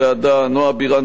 נועה בירן-דדון,